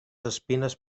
espines